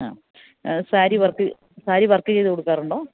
ആ sari work sari work ചെയ്തുകൊടുക്കാറുണ്ടോ